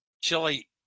Chili